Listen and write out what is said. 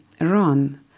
run